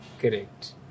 Correct